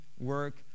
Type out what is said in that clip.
work